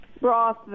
broth